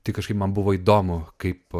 tai kažkaip man buvo įdomu kaip